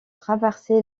traversé